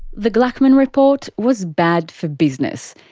the gluckman report was bad for business.